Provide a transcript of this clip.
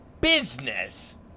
business